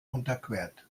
unterquert